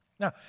Now